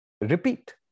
repeat